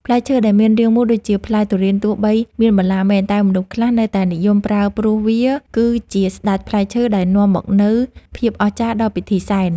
ផ្លែឈើដែលមានរាងមូលដូចជាផ្លែទុរេនទោះបីមានបន្លាមែនតែមនុស្សខ្លះនៅតែនិយមប្រើព្រោះវាគឺជាស្ដេចផ្លែឈើដែលនាំមកនូវភាពអស្ចារ្យដល់ពិធីសែន។